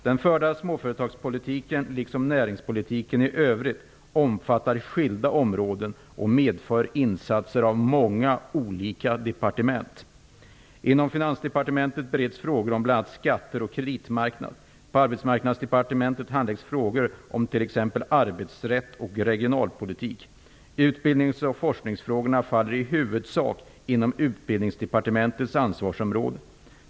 Den förda småföretagspolitiken liksom näringspolitiken i övrigt omfattar skilda områden och medför insatser av många olika departement. Inom Finansdepartementet bereds frågor om bl.a. Arbetsmarknadsdepartementet handläggs frågor om t.ex. arbetsrätt och regionalpolitik. Utbildnings och forskningsfrågorna faller i huvudsak inom Utbildningsdepartementets ansvarsområde.